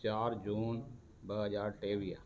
चारि जून ॿ हज़ार टेवीह